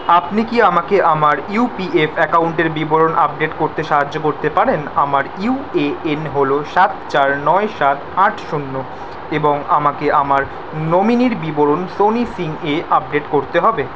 আপনি কি আমাকে আমার ইউ পি এফ অ্যাকাউন্টের বিবরণ আপডেট করতে সাহায্য করতে পারেন আমার ইউ এ এন হলো সাত চার নয় সাত আট শূন্য এবং আমাকে আমার নমিনির বিবরণ সোনি সিং এ আপডেট করতে হবে